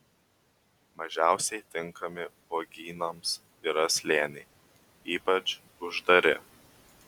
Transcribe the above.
mažiausiai tinkami uogynams yra slėniai ypač uždari